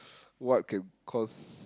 what can cause